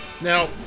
Now